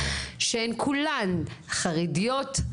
שהן כולן חרדיות,